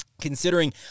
considering